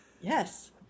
Yes